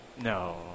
No